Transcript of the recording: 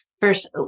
first